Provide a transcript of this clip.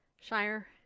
Shire